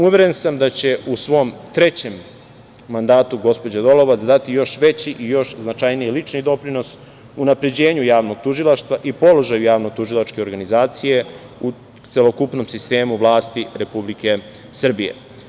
Uveren sam da će u svom trećem mandatu gospođa Dolovac dati još veći i još značajniji i lični doprinos unapređenju javnog tužilaštva i položaja javnotužilačke organizacije u celokupnom sistemu vlasti Republike Srbije.